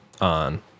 on